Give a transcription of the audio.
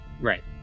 Right